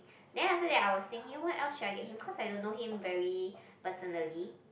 then after that I was thinking what else should I get him cause I don't know him very personally